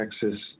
Texas